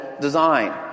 design